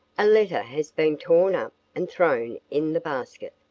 a letter has been torn up and thrown in the basket.